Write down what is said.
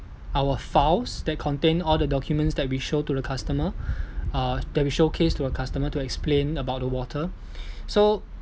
our files that contain all the documents that we show to the customer uh that we showcase to a customer to explain about the water so